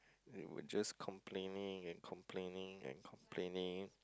they would just complaining and complaining and complaining